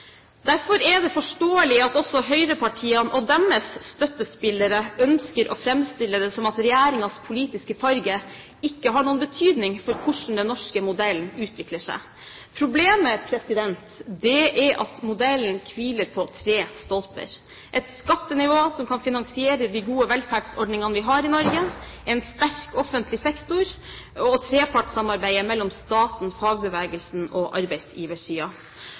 Derfor er det forståelig at også høyrepartiene og deres støttespillere ønsker å framstille det som at regjeringens politiske farge ikke har noen betydning for hvordan den norske modellen utvikler seg. Problemet er at modellen hviler på tre stolper: et skattenivå som kan finansiere de gode velferdsordningene vi har i Norge en sterk offentlig sektor trepartssamarbeid mellom staten, fagbevegelsen og